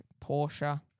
Porsche